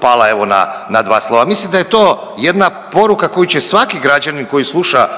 pala evo na dva slova. Mislim da je to jedna poruka koju će svaki građanin koji sluša